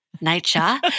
nature